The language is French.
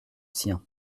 sien